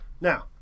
Now